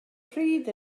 pryd